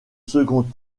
second